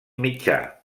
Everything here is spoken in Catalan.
mitjà